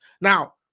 Now